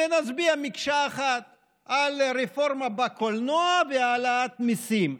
ונצביע כמקשה אחת על רפורמה בקולנוע ועל העלאת מיסים,